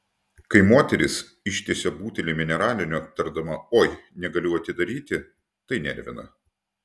kai moteris ištiesia butelį mineralinio tardama oi negaliu atidaryti tai nervina